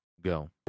go